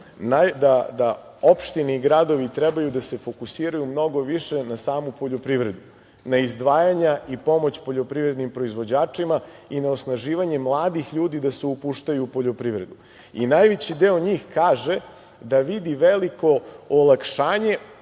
da opštine i gradovi treba da se fokusiraju mnogo više na samu poljoprivredu, na izdvajanju i pomoć poljoprivrednim proizvođačima i na osnaživanje mladih ljudi da se upuštaju u poljoprivredu. Najveći deo njih kaže da vidi veliko olakšanje,